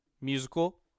musical